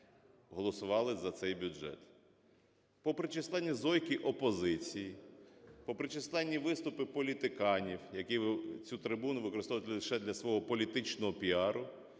голосували за цей бюджет. Попри численні "зойки" опозиції, попри численні виступи політиканів, які цю трибуну використовували лише для свого політичного піару,